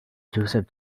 joseph